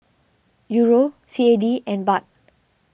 Euro C A D and Baht